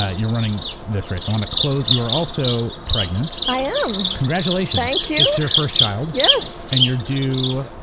ah you're running this race. i wanna close, you are also pregnant. i am. congratulations. thank you. it's your first child? yes. and you're due?